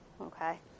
okay